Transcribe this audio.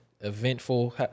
eventful